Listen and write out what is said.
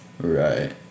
Right